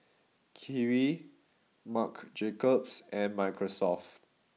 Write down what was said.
Kiwi Marc Jacobs and Microsoft